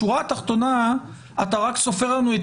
בשורה התחתונה אתה רק סופר לנו את